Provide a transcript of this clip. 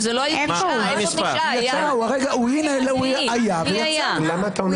הינה, הוא היה ויצא.